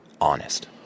honest